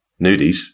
nudies